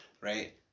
right